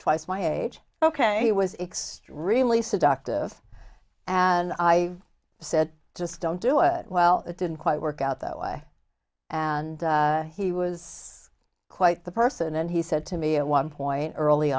twice my age ok he was extremely seductive and i said just don't do it well it didn't quite work out that way and he was quite the person and he said to me at one point early